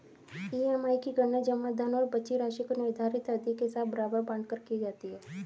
EMI की गणना जमा धन और बची राशि को निर्धारित अवधि के साथ बराबर बाँट कर की जाती है